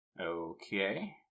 Okay